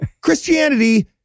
Christianity